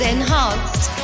Enhanced